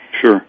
Sure